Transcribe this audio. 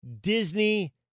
Disney